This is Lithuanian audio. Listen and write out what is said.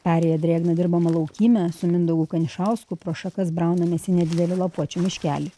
perėję drėgną dirbamą laukymę su mindaugu kanišausku pro šakas braunamės į nedidelį lapuočių miškelį